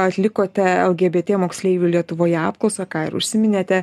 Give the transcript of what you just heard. atlikote lgbt moksleivių lietuvoje apklausą ką ir užsiminėte